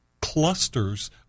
Clusters